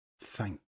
Thank